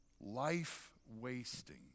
life-wasting